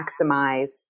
maximize